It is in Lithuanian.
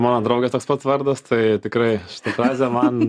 mano draugės toks pat vardas tai tikrai šita frazė man